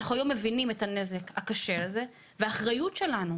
אנחנו היום מבינים את הנזק הקשה הזה והאחריות שלנו